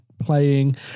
playing